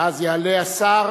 ואז יעלה השר